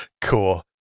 cool